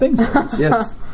Yes